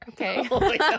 Okay